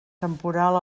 temporal